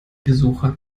besucher